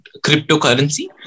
cryptocurrency